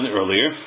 earlier